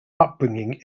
upbringing